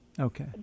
Okay